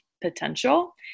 potential